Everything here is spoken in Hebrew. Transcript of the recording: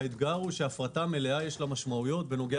רק שלהפרטה מלאה יש משמעויות.